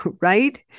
right